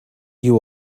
you